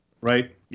right